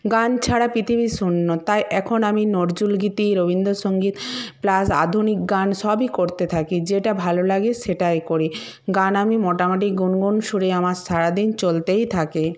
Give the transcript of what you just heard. গান ছাড়া পিথিবী শূন্য তাই এখন আমি নজরুলগীতি রবীন্দসঙ্গীত প্লাস আধুনিক গান সবই করতে থাকি যেটা ভালো লাগে সেটাই করি গান আমি মোটামটি গুনগুন সুরে আমার সারা দিন চলতেই থাকে